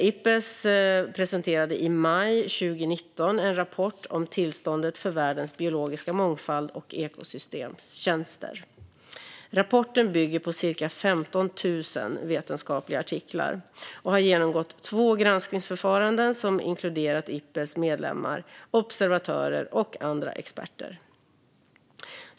Ipbes presenterade i maj 2019 en rapport om tillståndet för världens biologiska mångfald och ekosystemtjänster. Rapporten bygger på cirka 15 000 vetenskapliga artiklar och har genomgått två granskningsförfaranden som inkluderat Ipbes medlemmar, observatörer och andra experter.